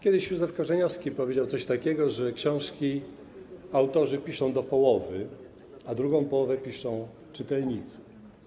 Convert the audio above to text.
Kiedyś Józef Korzeniowski powiedział coś takiego, że książki autorzy piszą do połowy, a drugą połowę piszą czytelnicy.